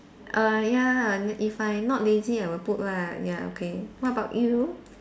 err ya lah if I not lazy I will put lah ya okay what about you